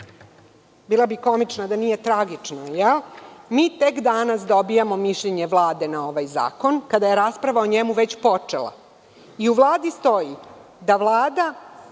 bila bih komična da nije tragično, mi tek danas dobijamo mišljenje Vlade na ovaj zakon, kada je rasprava o njemu već počela. U Vladi stoji da Vlada